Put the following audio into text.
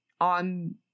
on